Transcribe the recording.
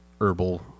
herbal